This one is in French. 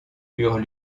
eurent